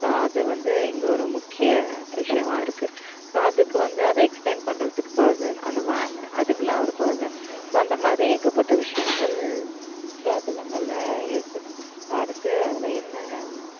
அது வந்து இங்கே ஒரு முக்கிய விஷயமாக இருக்கு இப்போ அதுக்கு வந்து அதை எக்ஸ்ப்ளைன் பண்ணுறதுக்கு பர்ஸன் அந்த வேனும் அதுக்குலாம் ஒரு பர்ஸன் ஸோ அந்த மாதிரி ஏகப்பட்ட விஷயங்கள் சுற்றுலாத்தலங்களில் இருக்கு அடுத்து அதில் என்ன